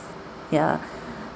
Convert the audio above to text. ya